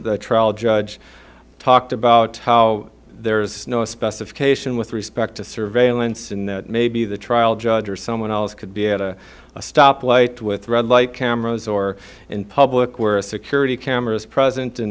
the trial judge talked about how there is no specification with respect to surveillance in that maybe the trial judge or someone else could be at a stop light with red light cameras or in public where a security camera is present and